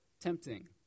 tempting